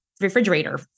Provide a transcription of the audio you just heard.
refrigerator